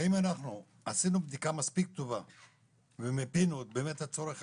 האם אנחנו עשינו בדיקה מספיק טובה ומיפינו באמת את הצרכים?